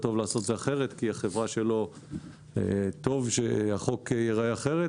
טוב לעשות את זה אחרת כי עבור החברה שלו טוב שהחוק ייראה אחרת,